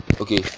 Okay